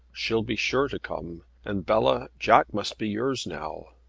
she'll be sure to come. and, bella, jack must be yours now.